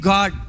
God